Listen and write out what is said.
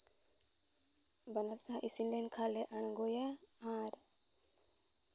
ᱵᱟᱱᱟᱨ ᱥᱟ ᱤᱥᱤᱱ ᱞᱮᱱᱠᱷᱟᱱ ᱞᱮ ᱟᱬᱜᱚᱭᱟ ᱟᱨ